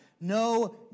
No